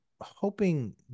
hoping